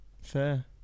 Fair